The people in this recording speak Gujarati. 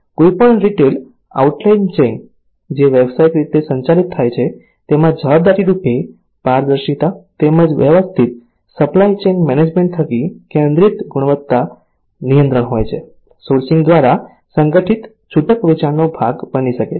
કોઈપણ રિટેલ આઉટલેટ ચેઇન જે વ્યવસાયિક રીતે સંચાલિત થાય છે તેમાં જવાબદારી રૂપે પારદર્શિતા તેમજ વ્યવસ્થિત સપ્લાય ચૈન મેનેજમેન્ટ થકી કેન્દ્રિત ગુણવત્તા નિયંત્રણ હોય છેસોર્સિંગ દ્રારા સંગઠિત છૂટક વેચાણનો ભાગ બની શકે છે